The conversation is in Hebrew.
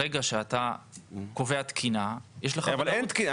ברגע שאתה קובע תקינה --- אבל אין תקינה.